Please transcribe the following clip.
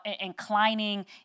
inclining